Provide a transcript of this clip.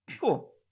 Cool